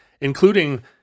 including